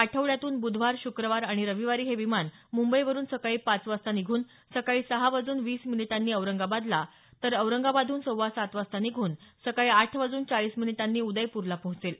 आठवड्यातून बुधवार शुक्रवार आणि रविवारी हे विमान मुंबई वरून सकाळी पाच वाजता निघून सकाळी सहा वाजून वीस मिनिटांनी औरंगाबादला तर औरंगाबादहून सव्वा सातवाजता निघून सकाळी आठ वाजून चाळीस मिनिटांनी उदयपूरला पोहोचेल